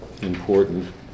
important